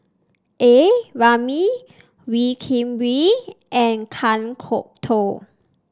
A Ramli Wee Kim Wee and Kan Kwok Toh